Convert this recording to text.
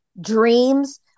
dreams